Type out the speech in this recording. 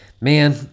Man